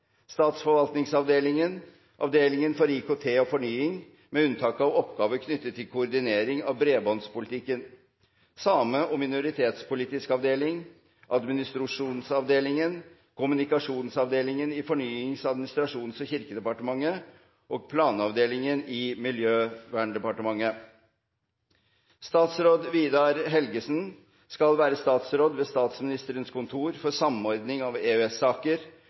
Statsforvaltningsavdelingen, Avdeling for IKT og fornying , Same- og minoritetspolitisk avdeling, Administrasjonsavdelingen og Kommunikasjonsenheten i Fornyings-, administrasjons- og kirkedepartementet, og – Planavdelingen i Miljøverndepartementet. Statsråd Vidar Helgesen skal være statsråd ved Statsministerens kontor for samordning av